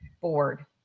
board